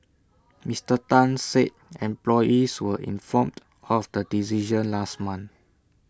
Mister Tan said employees were informed of the decision last month